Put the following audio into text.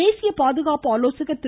தேசிய பாதுகாப்பு ஆலோசகர் திரு